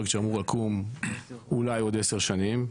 פרויקט שאמור לקום אולי עוד עשר שנים.